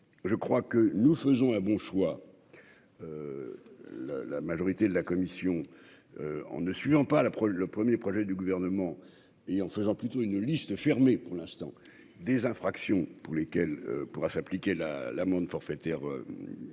je crois que nous faisons un bon choix la la majorité de la commission, en ne suis en pas la preuve le 1er projet du gouvernement et en faisant plutôt une liste fermée pour l'instant des infractions pour lesquelles pourraient s'appliquer la l'amende forfaitaire